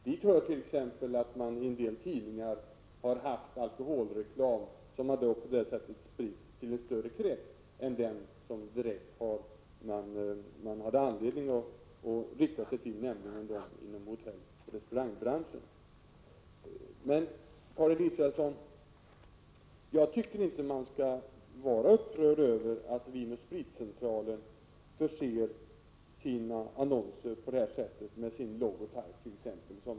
Hit hör t.ex. att man i en del tidningar har haft alkoholreklam som har spritts till en större krets än den man hade anledning att rikta sig till, nämligen hotelloch restaurangbranschen. Jag tycker inte att man skall vara upprörd över att Vin & Spritcentralen förser sina annonser med sin logotype.